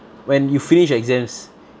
when you finish exams